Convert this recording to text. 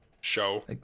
show